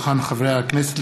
כי הונחו היום על שולחן הכנסת,